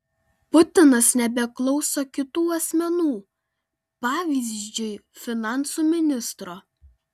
putinas nebeklauso kitų asmenų pavyzdžiui finansų ministro